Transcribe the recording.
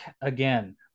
again